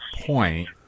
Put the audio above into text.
point